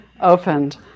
opened